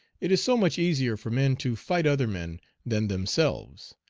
it is so much easier for men to fight other men than themselves.